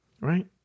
right